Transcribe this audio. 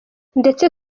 ndetse